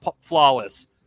flawless